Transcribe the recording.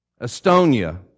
Estonia